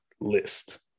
List